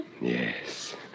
Yes